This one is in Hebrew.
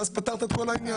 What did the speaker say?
אז פתרת את כל העניין.